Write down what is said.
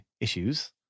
issues